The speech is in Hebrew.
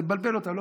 זה מבלבל אותם,